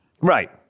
right